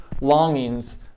longings